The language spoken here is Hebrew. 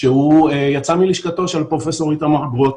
שהוא יצא מלשכתו של פרופ' איתמר גרוטו,